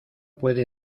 puede